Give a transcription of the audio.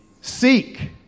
Seek